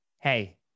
hey